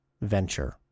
venture